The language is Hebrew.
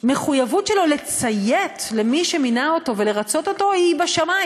המחויבות שלו לציית למי שמינה אותו ולרצות אותו היא בשמים.